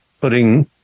putting